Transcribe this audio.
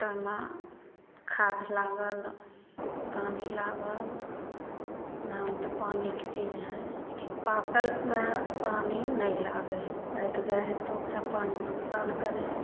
ताहिमे खाद लागल पानि लागल धान तऽ पानीके चीज हइ लेकिन पाकलमे पानि नहि लागै हइ पाकि जाइ हइ तऽ ओकरा पानि नुकसान करै हइ